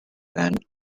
and